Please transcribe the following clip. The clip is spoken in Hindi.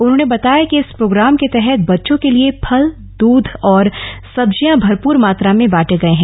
उन्होंने बताया कि इस प्रोग्राम के तहत बच्चों के लिए फल दूध और सब्जियां भरपूर मात्रा में बांटे गए हैं